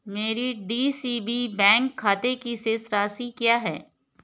मेरे D C B bank खाते की शेष राशि क्या है